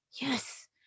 Yes